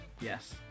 Yes